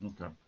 Okay